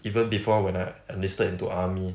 even before when I enlisted into army